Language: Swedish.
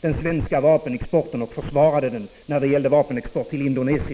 den svenska vapenexporten och försvarade vapenexport till Indonesien.